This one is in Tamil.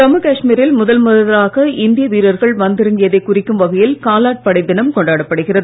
ஜம்மு காஷ்மீரில் முதல்முதலாக இந்திய வீரர்கள் வந்திறங்கியதைக் குறிக்கும் வகையில் காலாட்படை தினம் கொண்டாடப்படுகிறது